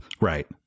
right